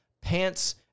pants